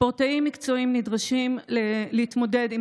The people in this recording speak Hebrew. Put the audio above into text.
ספורטאים מקצועיים נדרשים להתמודד עם